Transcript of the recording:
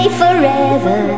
forever